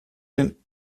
den